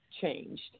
changed